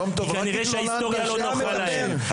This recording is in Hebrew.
כנראה שההיסטוריה לא נוחה להם.